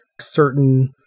certain